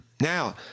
Now